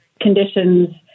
conditions